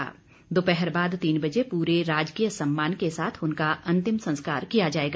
इसके बाद दोपहर बाद तीन बजे पूरे राजकीय सम्मान के साथ उनका अंतिम संस्कार किया जाएगा